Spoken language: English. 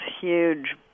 huge